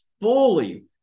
fully